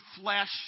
flesh